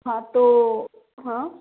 हाँ तो हाँ